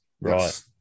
Right